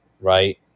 right